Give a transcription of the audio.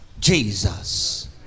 Jesus